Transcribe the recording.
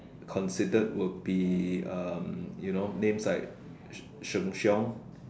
considered would be um you know names like Sheng Sheng-Siong